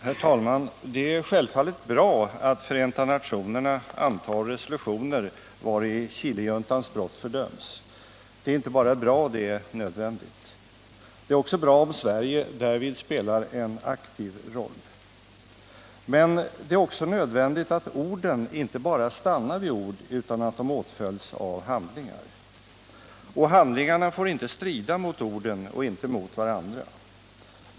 Herr talman! Det är självfallet bra att Förenta nationerna antar resolutioner, vari Chilejuntans brott fördöms. Det är inte bara bra, det är nödvändigt. Det är också bra om Sverige därvid spelar en aktiv roll. Men det är också nödvändigt att det inte bara stannar vid ord, utan att orden åtföljs av handlingar. Och handlingarna får inte strida mot orden och inte mot varandra.